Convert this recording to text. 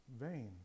vain